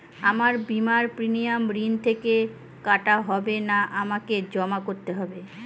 আমার বিমার প্রিমিয়াম ঋণ থেকে কাটা হবে না আমাকে জমা করতে হবে?